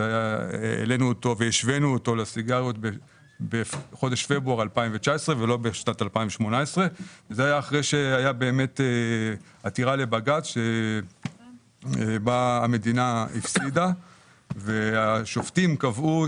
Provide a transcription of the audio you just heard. העלינו אותו והשווינו אותו לסיגריות בחודש פברואר 2019 ולא בשנת 2018. זה היה אחרי שהייתה עתירה לבג"ץ בה המדינה הפסידה והשופטים קבעו